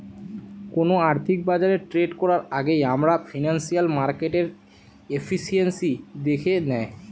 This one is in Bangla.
কোনো আর্থিক বাজারে ট্রেড করার আগেই আমরা ফিনান্সিয়াল মার্কেটের এফিসিয়েন্সি দ্যাখে নেয়